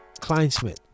Kleinsmith